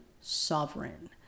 sovereign